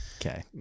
Okay